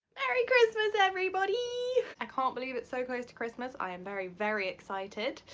merry christmas everybody! i can't believe it's so close to christmas. i am very, very excited.